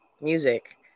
music